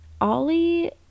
Ollie